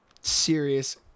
serious